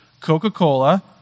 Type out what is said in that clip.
Coca-Cola